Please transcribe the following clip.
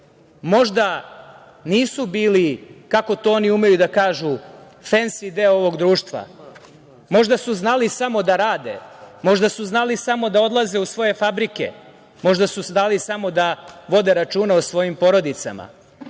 možda nisu bili, kako to oni umeju da kažu, fensi deo ovog društva. Možda su znali samo da rade, možda su znali samo da odlaze u svoje fabrike, možda su znali samo da vode računa o svojim porodicama,